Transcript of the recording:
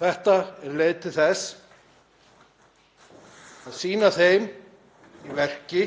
Þetta er leið til þess að sýna þeim í verki